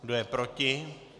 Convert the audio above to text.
Kdo je proti?